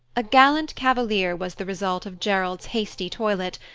a gallant cavalier was the result of gerald's hasty toilet,